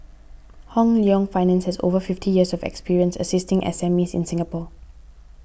Hong Leong Finance has over fifty years of experience assisting SMEs in Singapore